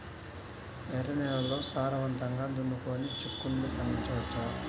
ఎర్ర నేలల్లో సారవంతంగా దున్నుకొని చిక్కుళ్ళు పండించవచ్చు